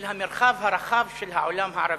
אל המרחב הרחב של העולם הערבי.